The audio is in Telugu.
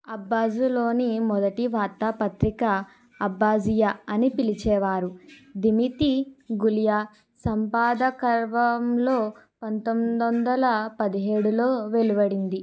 అబ్బాజ్లోని మొదటి వార్తాపత్రిక అబ్బాజియా అని పిలిచేవారు దిమితి గులియా సంపాదకర్వంలో పంతొమ్మిది వందల పదిహేడులో వెలువడింది